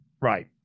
Right